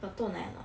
got 豆奶 or not